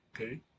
Okay